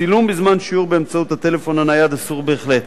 צילום בזמן שיעור באמצעות הטלפון הנייד אסור בהחלט.